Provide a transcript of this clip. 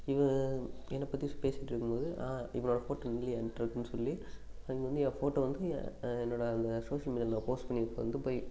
இவன் என்னை பற்றி பேசிட்டிருக்கும் போது ஆ இவனோட ஃபோட்டோ இல்லையா என்கிட்ட இருக்குனு சொல்லி அங்கே வந்து என் ஃபோட்டோ வந்து என்னோடய அந்த சோசியல் மீடியாவில் நான் போஸ்ட் பண்ணியிருக்குறது வந்து போய்